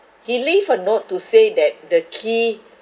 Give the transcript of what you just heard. he leave a note to say that the key